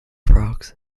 frogs